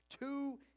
Two